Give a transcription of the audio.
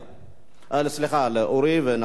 סליחה, לאורי, ואנחנו נעבור להצבעה.